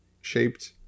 shaped